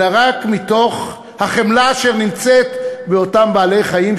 אלא רק מתוך החמלה שנמצאת באותם בעלי-חיים,